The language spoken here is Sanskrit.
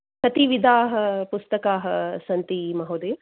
कति विधाः पुस्तकाः सन्ति महोदय